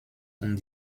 und